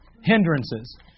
Hindrances